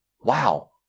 Wow